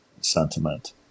sentiment